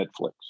Netflix